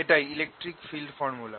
এটাই electric field formula